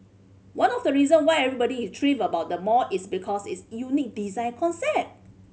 one of the reason why everybody is thrilled about the mall is because its unique design concept